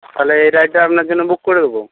তাহলে এই রাইডটা আপনার জন্য বুক করে দেবো